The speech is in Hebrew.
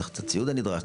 צריך את הציוד הנדרש,